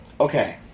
Okay